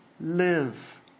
live